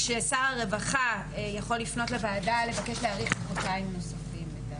כששר הרווחה יכול לפנות לוועדה לבקש להאריך את התחילה בחודשיים נוספים.